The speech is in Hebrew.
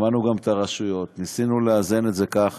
שמענו גם את הרשויות, ניסינו לאזן את זה כך